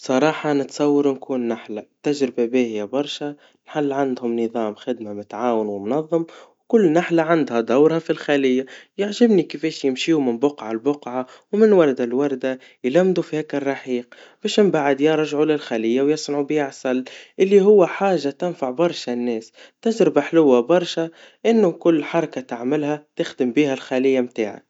بصراحا نتصور نكون نحلا تجربا باهيا برشا, النحل عندهم نظام خدما متعاون ومنظم, وكل نحلا عندها دورها في الخليا, يعجبني كيفاش يمشيوا من بقعا ل بقعا, ومن وردا لورددا يلمدوا في هيك الرحيق, مش مبعد يرجعوا للخليا ويصنعوا بيها عسل, اللي هوا حاجا تنفع برشا الناس, تجربا حلوا برشا, إنه كل حركا تعملها تخدم بيها الخليا متاعك.